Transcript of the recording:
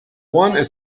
one